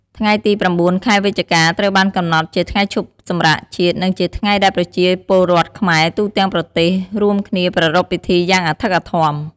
ថ្ងៃទី ៩ ខែវិច្ឆិកា ត្រូវបានកំណត់ជាថ្ងៃឈប់សម្រាកជាតិ និងជាថ្ងៃដែលប្រជាពលរដ្ឋខ្មែរទូទាំងប្រទេសរួមគ្នាប្រារព្ធពិធីយ៉ាងអធិកអធម។